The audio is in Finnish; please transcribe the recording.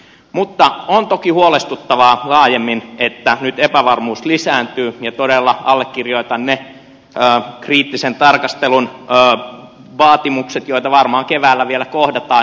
mutta on toki huolestuttavaa laajemmin että nyt epävarmuus lisääntyy ja todella allekirjoitan ne kriittisen tarkastelun vaatimukset joita varmaan keväällä vielä kohdataan